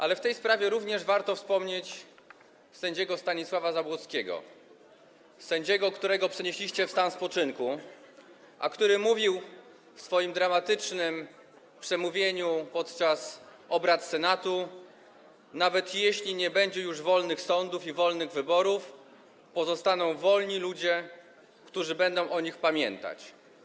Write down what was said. Ale w tej sprawie również warto wspomnieć sędziego Stanisława Zabłockiego, sędziego, którego przenieśliście w stan spoczynku, a który mówił w swoim dramatycznym przemówieniu podczas obrad Senatu: Nawet jeśli nie będzie już wolnych sądów i wolnych wyborów, pozostaną wolni ludzie, którzy będą o nich pamiętać.